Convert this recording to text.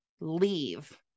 leave